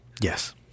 Yes